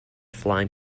flying